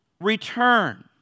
return